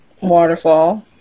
Waterfall